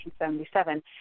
1977